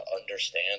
understand